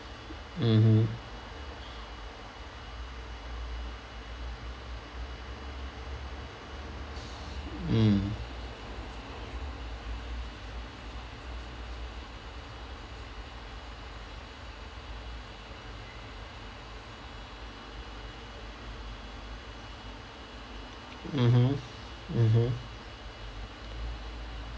mmhmm mm mmhmm mmhmm